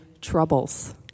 troubles